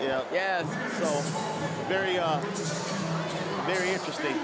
yeah yeah very very interesting